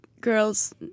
girls